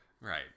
Right